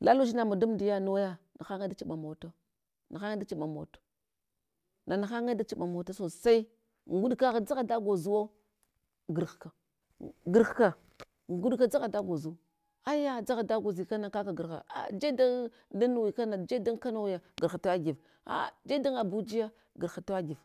lala udzina mawa damdiya nuwaya nahe da chuɓama wato nahanye da chiɓa mawata, nanahanye da chuɓamawata sosai, nguɗ kagh dzagha da gwozuwo, tugarhka, gavhka, nguɗka dzagha da gwozo aya dzagha da gwoze kana kaka gavha, a jeɗdan kanoya gavha tewagiv aa jeɗ da abujaya gavha tewagiv.